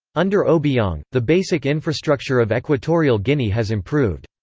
under obiang, the basic infrastructure of equatorial guinea has improved.